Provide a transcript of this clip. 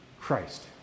Christ